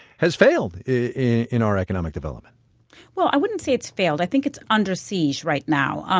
has failed in in our economic development well i wouldn't say it's failed. i think it's under siege right now. um